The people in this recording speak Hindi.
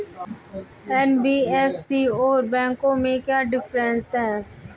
एन.बी.एफ.सी और बैंकों में क्या डिफरेंस है?